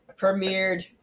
premiered